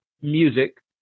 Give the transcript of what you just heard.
music